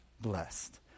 Blessed